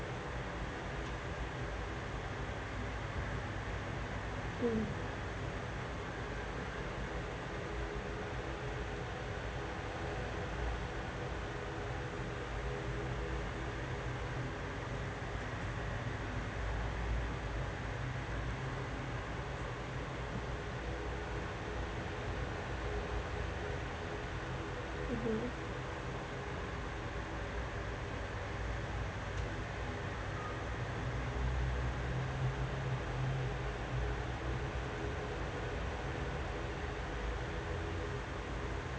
mm (uh huh)